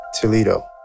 Toledo